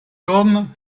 tomes